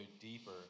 deeper